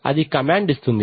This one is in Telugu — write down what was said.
అది కమాండ్ ఇస్తుంది